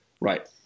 Right